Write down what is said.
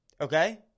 okay